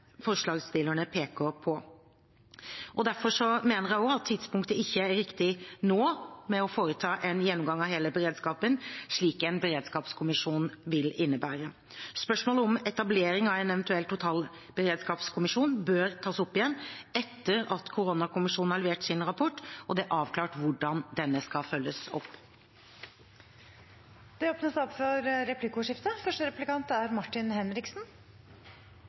forslagsstillerne peker på. Derfor mener jeg også at tidspunktet ikke er riktig nå for å foreta en gjennomgang av hele beredskapen, slik en beredskapskommisjon vil innebære. Spørsmålet om etablering av en eventuell totalberedskapskommisjon bør tas opp igjen etter at koronakommisjonen har levert sin rapport og det er avklart hvordan denne skal følges